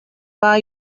buy